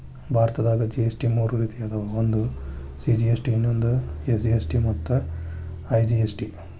ಭಾರತದಾಗ ಜಿ.ಎಸ್.ಟಿ ಮೂರ ರೇತಿ ಅದಾವ ಒಂದು ಸಿ.ಜಿ.ಎಸ್.ಟಿ ಇನ್ನೊಂದು ಎಸ್.ಜಿ.ಎಸ್.ಟಿ ಮತ್ತ ಐ.ಜಿ.ಎಸ್.ಟಿ